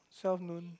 twelve noon